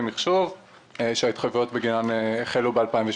מחשוב שההתחייבויות בגינן החלו ב-2018.